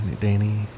danny